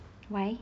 why